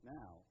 now